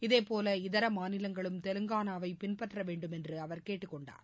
இதேபோல இதரமாநிலங்களும் தெலங்கானாவைபின்பற்றவேண்டும் எனஅவர் கேட்டுக்கொண்டார்